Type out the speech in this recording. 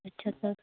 ਅੱਛਾ ਸਰ